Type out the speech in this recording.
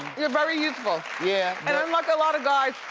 you're very youthful. yeah. and unlike a lot of guys,